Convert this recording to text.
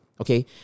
Okay